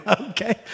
okay